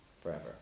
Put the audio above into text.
forever